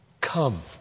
come